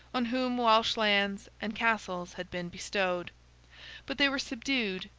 on whom welsh lands and castles had been bestowed but they were subdued,